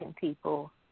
people